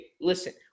Listen